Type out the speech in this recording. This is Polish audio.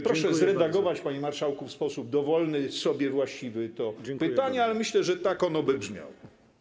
Proszę zredagować, panie marszałku, w sposób dowolny, sobie właściwy te pytania, ale myślę, że tak ono by brzmiało.